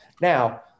Now